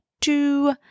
two